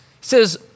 says